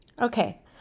Okay